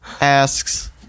asks